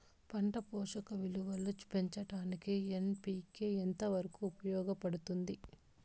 పంట పోషక విలువలు పెంచడానికి ఎన్.పి.కె ఎంత వరకు ఉపయోగపడుతుంది